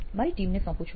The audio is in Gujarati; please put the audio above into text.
મારી ટીમ ને સોંપું છું